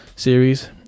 series